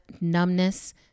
numbness